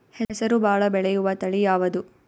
ಹೆಸರು ಭಾಳ ಬೆಳೆಯುವತಳಿ ಯಾವದು?